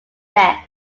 death